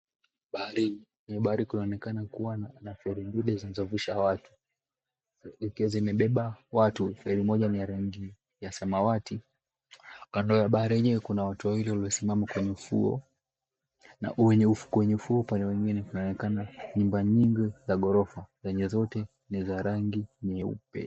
Bahari, kwenye bahari kunaonekana na feri mbili zinazovusha watu zikiwa zimebeba watu. Feri moja ni ya rangi ya samawati. Kando ya bahari yenyewe kuna watu wawili waliosimama kwenye ufuo. Na kwenye ufuo upande mwingine kunaonekana nyumba nyingi za ghorofa zenye zote ni za rangi nyeupe.